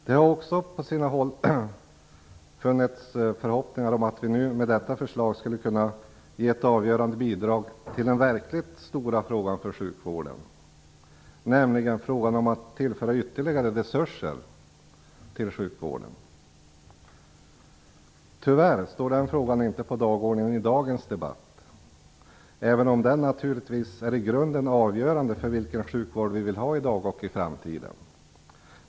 Det har på sina håll också funnits förhoppningar om att vi nu med detta förslag skulle kunna lämna ett avgörande bidrag till lösningen av det verkligt stora problemet för sjukvården, nämligen att tillföra sjukvården ytterligare resurser. Tyvärr står den frågan inte på dagordningen i dagens debatt, även om den naturligtvis i grunden är avgörande för vilken sjukvård vi vill ha i dag och i framtiden.